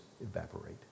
evaporate